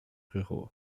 ruraux